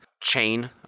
chain